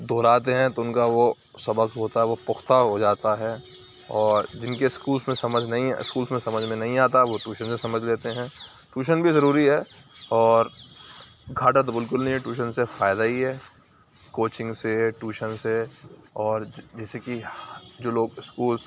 دہراتے ہیں تو اُن کا وہ سبق ہوتا ہے وہ پختہ ہو جاتا ہے اور جن کے اسکولس میں سمجھ نہیں اسکولس میں سمجھ میں نہیں آتا وہ ٹیوشن میں سمجھ لیتے ہیں ٹیوشن بھی ضروری ہے اور گھاٹا تو بالکل نہیں ہے ٹیوشن سے فائدہ ہی ہے کوچنگ سے ٹیوشن سے اور جیسے کہ جو لوگ اسکولس